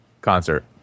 concert